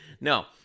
No